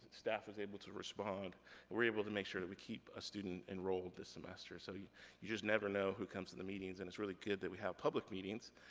staff was able to respond. we were able to make sure that we keep a student enrolled this semester. so you you just never know who comes to the meetings, and it's really good that we have public meetings,